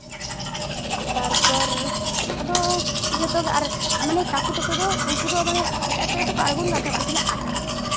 ᱛᱟᱨᱯᱚᱨ ᱟᱫᱚ ᱡᱚᱛᱚ ᱜᱮ ᱟᱨ ᱢᱟᱱᱮ ᱠᱟᱠᱩ ᱛᱟᱠᱚ ᱫᱚ ᱩᱱᱠᱩ ᱫᱚ ᱢᱟᱱᱮ ᱮᱴᱟᱜ ᱥᱮᱫ ᱛᱮᱠᱚ ᱟᱬᱜᱚᱱ ᱠᱟᱱ ᱛᱟᱦᱮᱸᱫ ᱩᱱᱠᱩ ᱫᱚᱞᱮ ᱟᱫ ᱠᱟᱫ ᱠᱚᱣᱟ